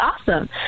awesome